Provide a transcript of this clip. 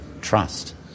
trust